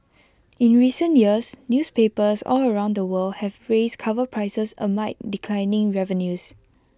in recent years newspapers all around the world have raised cover prices amid declining revenues